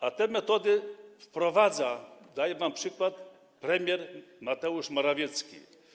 A te metody wprowadza, daje wam przykład, premier Mateusz Morawiecki.